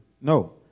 No